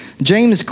James